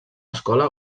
escola